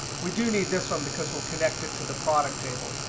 we do need this one, because we'll connect it to the product table.